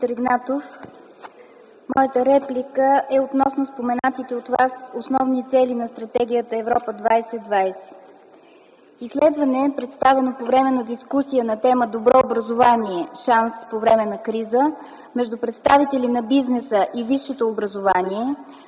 моята реплика е относно споменатите от Вас основни цели на Стратегията „Европа 2020”. В изследване, представено по време на дискусия „Добро образование – шанс по време на криза”, между представители на бизнеса и висшето образование